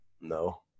No